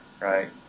right